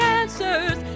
answers